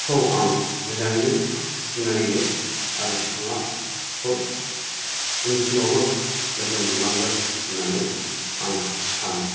खौ आं मोजाङैनो सिनायो आरो बिथाङा खौ उनसिमावबो लोगो मोनलांगोन होन्नानै आं सानो